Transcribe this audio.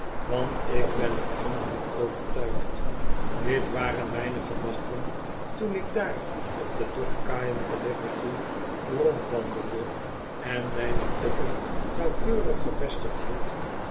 want ik ben er innig van overtuigd dit waren mijne gedachten toen ik daar op de dok kaaien te liverpool rondwandelde en mijne blikken nauwkeurig gevestigd hield